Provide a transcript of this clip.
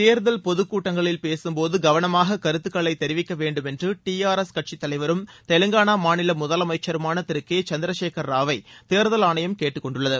தோதல் பொதுக் கூட்டங்களில் பேசும்போது கவளமாக கருத்துகளை தெரிவிக்கவேண்டும் என்று டி ஆர் எஸ் கட்சி தலைவரும் தெலங்கானா மாநில முதலமைச்சருமான திரு கே சந்திரசேகர ராவை தேர்தல் ஆணையம் கேட்டுக் கொண்டுள்ளது